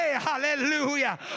Hallelujah